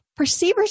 Perceivers